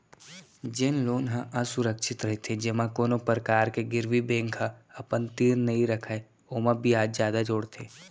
जेन लोन ह असुरक्छित रहिथे जेमा कोनो परकार के गिरवी बेंक ह अपन तीर नइ रखय ओमा बियाज जादा जोड़थे